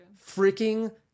freaking